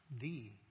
thee